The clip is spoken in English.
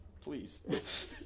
please